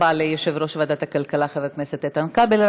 תודה רבה ליושב-ראש ועדת הכלכלה חבר הכנסת איתן כבל.